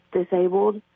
disabled